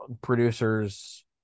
producers